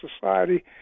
society